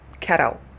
kettle